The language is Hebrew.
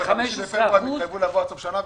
בפברואר הם התחייבו לבוא אלינו עם הפחתה עד סוף השנה,